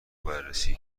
بررسی